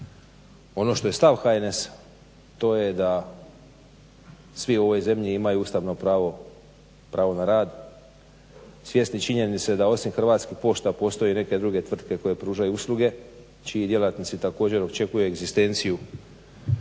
Ono što je stav HNS-a to je da svi u ovoj zemlji imaju ustavno pravo, pravo na rad svjesni činjenice da osim Hrvatskih pošta postoje i neke druge tvrtke koje pružaju usluge čiji djelatnici također očekuje egzistenciju